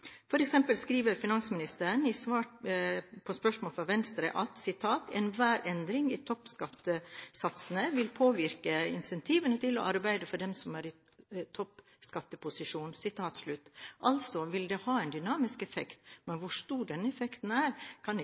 skriver finansministeren i svar på spørsmål fra Venstre: «Enhver endring i toppskattesatsen vil påvirke insentivene til å arbeide for dem som er i toppskatteposisjon.» Altså vil det ha dynamisk effekt. Men hvor stor denne effekten er, kan